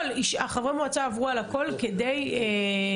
חברי המועצה עברו על הכול כדי לאשר.